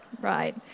Right